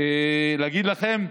אגיד לכם,